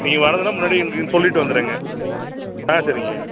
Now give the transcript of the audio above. நீங்கள் வர்றதுன்னா முன்னாடியே எங்களுக்கு சொல்லிவிட்டு வந்துடுங்க ஆ சரிங்க